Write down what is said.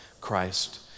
Christ